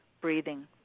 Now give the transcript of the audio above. breathing